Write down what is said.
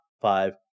five